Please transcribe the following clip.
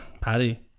Paddy